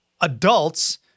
adults